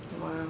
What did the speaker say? Wow